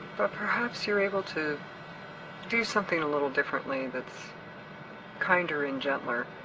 but perhaps you're able to do something a little differently, that's kinder and gentler.